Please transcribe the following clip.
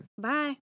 Bye